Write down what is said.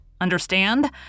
Understand